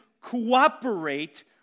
cooperate